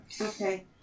Okay